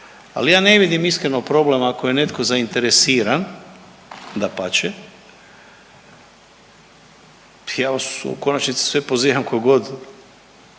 ali ja ne vidim iskreno problem ako je netko zainteresiran, dapače, ja vas u konačnici sve pozivam, ko god